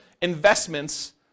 investments